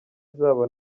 zabo